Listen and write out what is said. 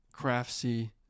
craftsy